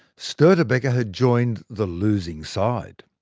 stortebeker had joined the losing side.